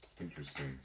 interesting